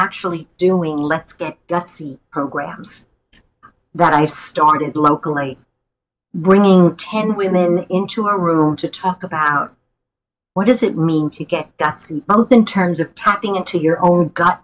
actually doing let's get gutsy programs that i started locally bringing ten women into our room to talk about what does it mean to get both in terms of tapping into your own g